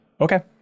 okay